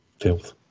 Filth